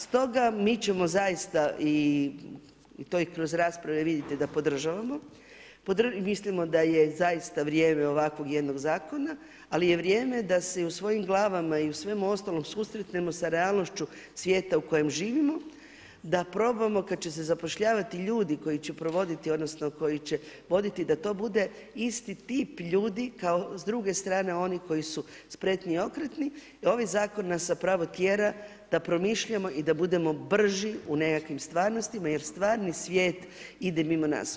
Stoga, mi ćemo zaista i to kroz rasprave, vidite da podržavamo, i mislim da je zaista vrijeme ovakvog jednog zakona ali je vrijeme da se i u svojim glavama i u svemu ostalim susretnemo sa realnošću svijeta u kojem živimo, da probamo kad će se zapošljavati ljudi koji će provoditi odnosno koji će voditi, da to bude isti tip ljudi kao s druge strane onih koji su spretni i okretni jer ovaj zakon nas zapravo tjera da promišljamo i da budemo brži u nekakvim stvarnostima jer stvarni svijet ide mimo nas.